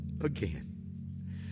Again